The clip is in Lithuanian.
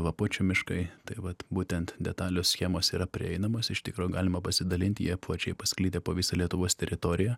lapuočių miškai tai vat būtent detalios schemos yra prieinamos iš tikro galima pasidalinti jie plačiai pasklidę po visą lietuvos teritoriją